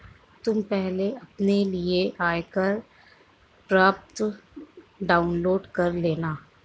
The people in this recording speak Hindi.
तुम पहले अपने लिए आयकर प्रपत्र डाउनलोड कर लेना